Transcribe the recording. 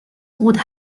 would